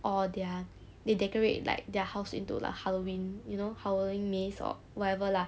or they're they decorate like their house into like halloween you know halloween maze or whatever lah